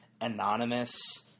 anonymous